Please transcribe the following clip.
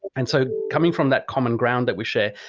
and so coming from that common ground that we share,